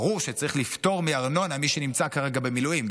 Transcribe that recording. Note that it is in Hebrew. ברור שצריך לפטור מארנונה מי שנמצא כרגע במילואים,